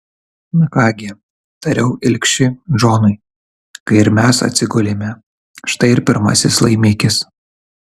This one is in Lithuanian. na ką gi tariau ilgšiui džonui kai ir mes atsigulėme štai ir pirmasis laimikis